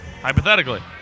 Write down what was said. Hypothetically